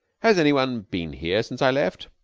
has any one been here since i left?